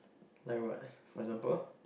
like what for example